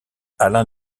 alain